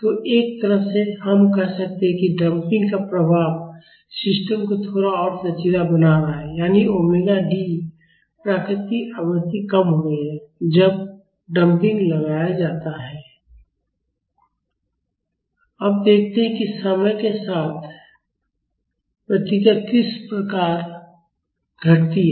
तो एक तरह से हम कह सकते हैं कि डंपिंग का प्रभाव सिस्टम को थोड़ा और लचीला बना रहा है यानी ओमेगा D प्राकृतिक आवृत्ति कम हो रही है जब डंपिंग लगाया जाता है अब देखते हैं कि समय के साथ प्रतिक्रियाएँ किस प्रकार घटती हैं